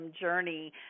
journey